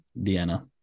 Deanna